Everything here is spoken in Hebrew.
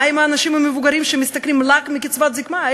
מה עם האנשים המבוגרים שמשתכרים רק קצבת זיקנה?